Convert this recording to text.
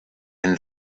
and